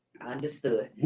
Understood